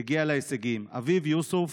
הגיע להישגים: אביו יוסוף,